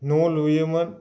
न' लुयोमोन